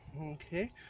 Okay